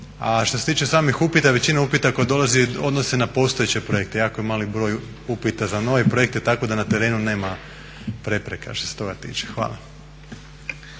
A što se tiče samih upita, većina upita koje dolaze odnose se na postojeće projekte, jako je mali broj upita za nove projekte tako da na terenu nema prepreka što se toga tiče. Hvala.